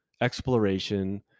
exploration